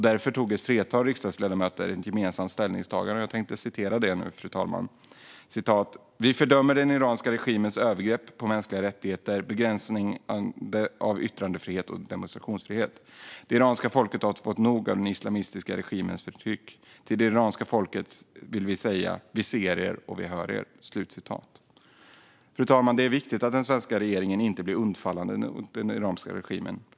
Därför tog ett flertal riksdagsledamöter ett gemensamt ställningstagande, och jag citerar: "Vi fördömer den iranska regimens övergrepp på mänskliga rättigheter, begränsande av yttrandefrihet och demonstrationsfrihet. Det iranska folket har fått nog av den islamiska regimens förtryck! Till det iranska folket vill vi säga: vi ser er och vi hör er!" Fru talman! Det är viktigt att den svenska regeringen inte blir för undfallande mot den iranska regimen.